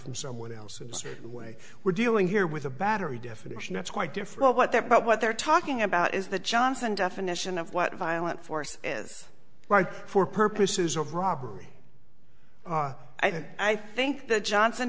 from someone else and way we're dealing here with a battery definition that's quite different what that but what they're talking about is the johnson definition of what violent force is right for purposes of robbery i think i think the johnson